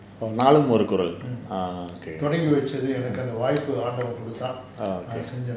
நாளும் ஒரு குரல்:naalum oru kural ah okay ah okay